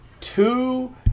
Two